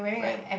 when